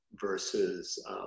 Versus